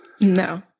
no